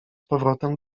powrotem